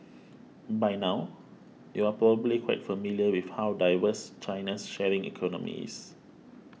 by now you're probably quite familiar with how diverse China's sharing economy is